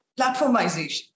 platformization